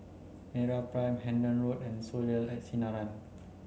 MeraPrime Hendon Road and Soleil at Sinaran